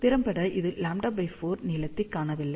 திறம்பட இது λ4 நீளத்தில் காணவில்லை